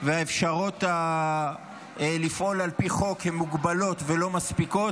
והאפשרות לפעול על פי חוק הם מוגבלים ולא מספיקים,